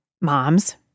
moms